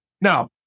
Now